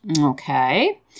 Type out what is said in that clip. Okay